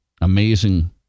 amazing